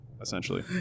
essentially